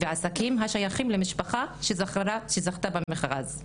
ועסקים השייכים למשפחה שזכתה במכרז.